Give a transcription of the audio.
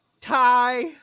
tie